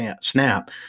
snap